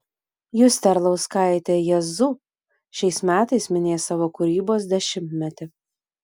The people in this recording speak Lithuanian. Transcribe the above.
justė arlauskaitė jazzu šiais metais minės savo kūrybos dešimtmetį